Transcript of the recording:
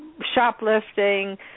shoplifting